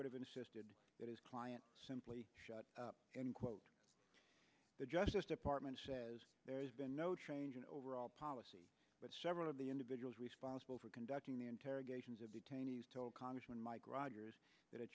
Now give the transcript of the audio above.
would have insisted that his client simply shut end quote the justice department says there's been no change in overall policy but several of the individuals responsible for conducting the interrogations of detainees told congressman mike rogers that